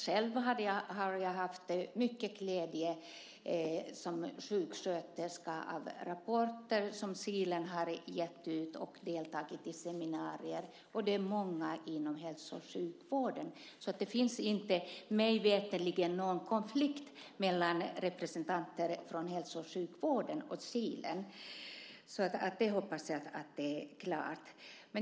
Själv har jag haft mycket glädje som sjuksköterska av rapporter som Kilen har gett ut och deltagit i seminarier. Och det är många inom hälso och sjukvården. Så det finns mig veterligen inte någon konflikt mellan representanter från hälso och sjukvården och Kilen. Det hoppas jag är klart.